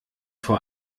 vor